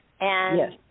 Yes